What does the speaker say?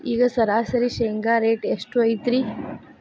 ಈಗ ಸರಾಸರಿ ಶೇಂಗಾ ರೇಟ್ ಎಷ್ಟು ಐತ್ರಿ?